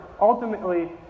ultimately